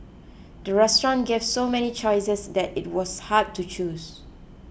the restaurant gave so many choices that it was hard to choose